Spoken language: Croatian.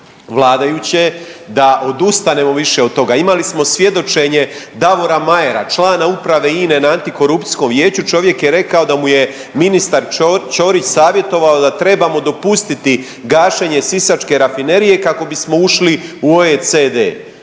vladajuće da odustanemo više od toga. Imali smo svjedočenje Davora Mayera, člana uprave INA-e na Antikorupcijskom vijeću, čovjek je rekao da mu je ministar Ćorić savjetovao da trebamo dopustiti gašenje Sisačke rafinerije kako bismo ušli u OECD.